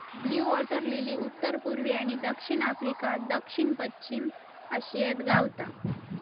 blue water lily उत्तर पुर्वी आणि दक्षिण आफ्रिका, दक्षिण पश्चिम आशियात गावता